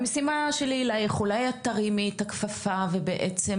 המשימה שלי אלייך אולי את תרימי את הכפפה ובעצם